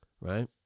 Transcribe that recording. right